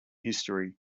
history